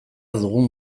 dugun